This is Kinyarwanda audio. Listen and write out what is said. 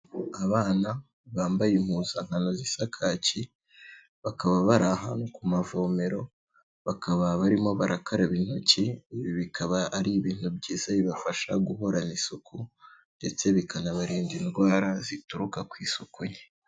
Abana bambaye impuzankano zisa kaki, bakaba bari ahantu ku mavomero bakaba barimo barakaraba intoki, ibi bikaba ari ibintu byiza bibafasha guhorana isuku ndetse bikanabarinda indwara zituruka ku isuku nke.